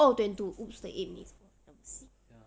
oh twenty two !oops! the eight minutes I miss it